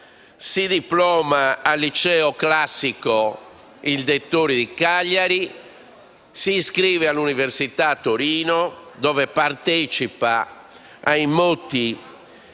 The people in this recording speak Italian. si diploma al Liceo classico Dettori di Cagliari e si iscrive all'università di Torino, dove partecipa ai moti